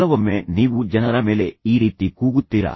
ಕೆಲವೊಮ್ಮೆ ನೀವು ಜನರ ಮೇಲೆ ಈ ರೀತಿ ಕೂಗುತ್ತೀರಾ